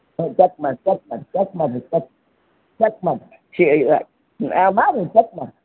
ಹ್ಞೂ ಚಕ್ ಮಾಡಿ ಚಕ್ ಮಾಡಿ ಚಕ್ ಮಾಡಿರಿ ಚಕ್ ಚಕ್ ಮಾಡಿರಿ ಮಾಡಿರಿ ಚಕ್ ಮಾಡಿ